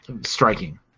striking